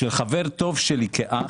של חבר טוב שלי כאח,